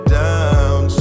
down